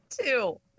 Two